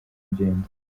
ngendo